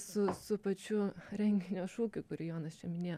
su su pačiu renginio šūkiu kurį jonas čia minėjo